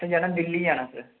असें जाना दिल्ली जाना सर